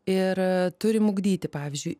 ir turim ugdyti pavyzdžiui